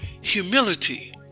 Humility